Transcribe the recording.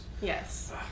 Yes